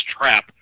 trap